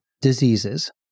diseases